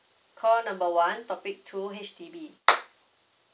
call number one topic two H_D_B